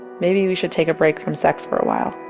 maybe we should take a break from sex for a while